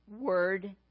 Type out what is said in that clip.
Word